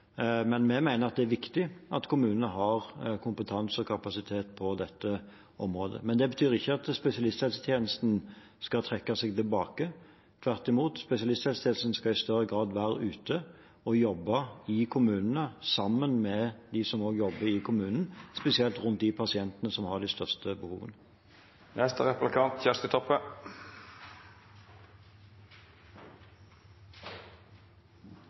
har kompetanse og kapasitet på dette området. Men det betyr ikke at spesialisthelsetjenesten skal trekke seg tilbake. Tvert imot – spesialisthelsetjenesten skal i større grad være ute og jobbe i kommunene, sammen med dem som jobber i kommunene, spesielt med de pasientene som har de største